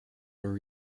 are